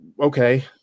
okay